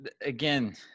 again